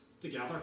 together